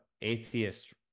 atheist